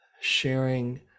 sharing